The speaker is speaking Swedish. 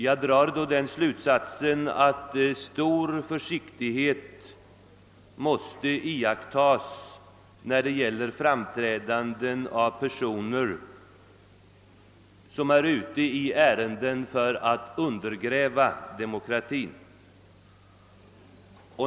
Jag drar därav slutsatsen att stor försiktighet måste iakttagas när det gäller framträdanden av personer som är ute för att undergräva demokratin.